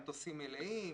המטוסים מלאים,